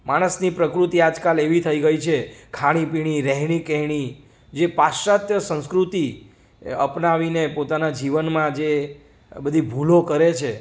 માણસની પ્રકૃતિ આજકાલ એવી થઈ ગઈ છે ખાણી પીણી રહેણી કહેણી જે પાશ્ચાત્ય સંસ્કૃતિ અપનાવીને પોતાનાં જીવનમાં જે બધી ભૂલો કરે છે